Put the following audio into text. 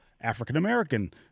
african-american